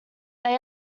they